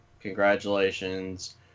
Congratulations